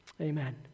amen